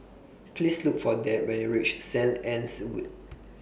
Please Look For Deb when YOU REACH Saint Anne's Wood